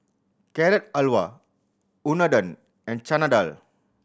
Carrot Halwa Unadon and Chana Dal